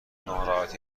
ناراحتی